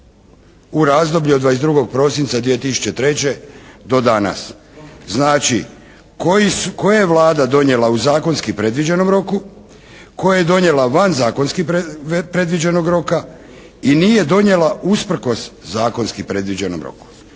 u razdoblju od 22. prosinca 2003. do danas. Znači koje je Vlada donijela u zakonski predviđenom roku, koje je donijela van zakonski predviđenog roka i nije donijela usprkos zakonski predviđenom roku?